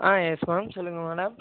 ஆ yes ma'am சொல்லுங்கள் madam